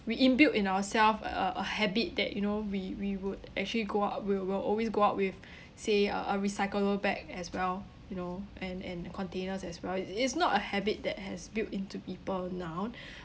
we imbued in ourselves a a a habit that you know we we would actually go out we'll we'll always go out with say a a recyclable bag as well you know and and containers as well i~ it's not a habit that has built into people now